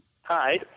Hi